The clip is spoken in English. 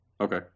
Okay